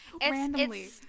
Randomly